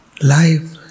life